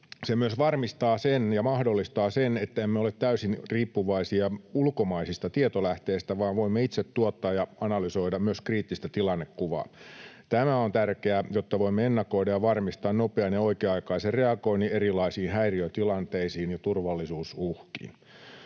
Se myös varmistaa ja mahdollistaa sen, että emme ole täysin riippuvaisia ulkomaisista tietolähteistä vaan voimme itse tuottaa ja analysoida myös kriittistä tilannekuvaa. Tämä on tärkeää, jotta voimme ennakoida ja varmistaa nopean ja oikea-aikaisen reagoinnin erilaisiin häiriötilanteisiin ja turvallisuusuhkiin.